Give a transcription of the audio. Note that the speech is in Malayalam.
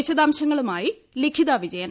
വിശദാംശങ്ങളുമായി ലിഖിത വിജയൻ